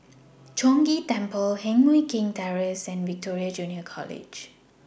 Chong Ghee Temple Heng Mui Keng Terrace and Victoria Junior College